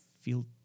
feel